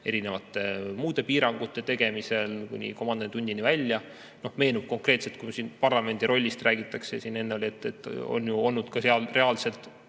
erinevate muude piirangute tegemisel kuni komandanditunnini välja. Meenub konkreetselt, kui siin parlamendi rollist räägitakse, et on ju olnud seal reaalselt